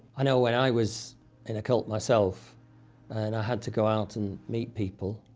i know when i was in a cult myself and i had to go out and meet people,